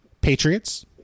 Patriots